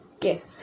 yes